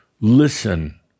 listen